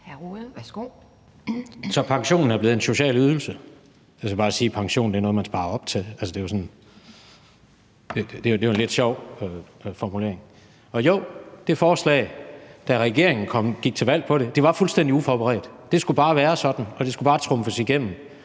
Så pensionen er blevet en social ydelse! Jeg skal bare sige, at pension er noget, man sparer op til. Det er jo en lidt sjov formulering. Og jo: Det forslag, da regeringen gik til valg på det, var fuldstændig uforberedt. Det skulle bare være sådan, og det skulle bare trumfes igennem